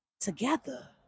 together